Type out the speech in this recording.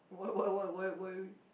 what what what why why